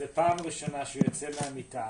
זו הפעם הראשונה שעמדתי על הרגליים.